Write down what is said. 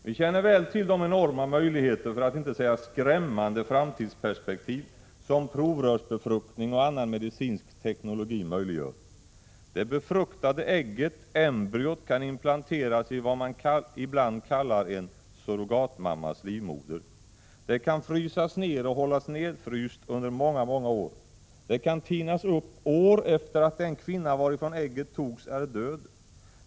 Vi känner väl till de enorma möjligheter, för att inte säga skrämmande framtidsperspektiv, som provrörsbefruktning och annan medicinsk teknologi möjliggör. Det befruktade ägget, embryot, kan implanteras i vad man ibland kallar en ”surrogatmammas” livmoder. Det kan frysas ner och hållas nedfryst under många, många år. Det kan tinas upp år efter att den kvinna varifrån ägget togs är död.